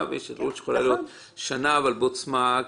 ויש התעללות שיכולה להיות שנה אך בעוצמה נמוכה.